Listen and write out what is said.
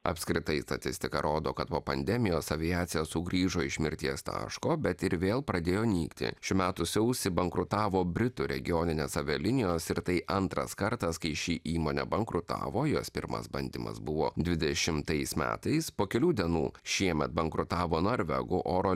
apskritai statistika rodo kad po pandemijos aviacija sugrįžo iš mirties taško bet ir vėl pradėjo nykti šių metų sausį bankrutavo britų regioninės avialinijos ir tai antras kartas kai ši įmonė bankrutavo jos pirmas bandymas buvo dvidešimtais metais po kelių dienų šiemet bankrutavo norvegų oro